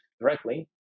directly